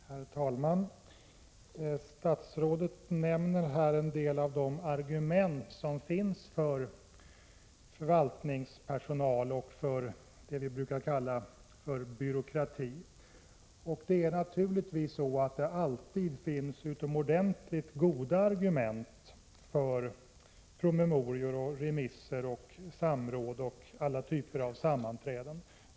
Herr talman! Statsrådet nämner en del av de argument som finns för förvaltningspersonal och för det vi brukar kalla byråkrati. Det finns naturligtvis alltid utomordentligt goda argument för promemorior, remisser, samråd och alla typer av sammanträden.